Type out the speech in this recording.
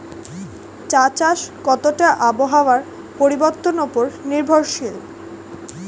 চা চাষ কতটা আবহাওয়ার পরিবর্তন উপর নির্ভরশীল?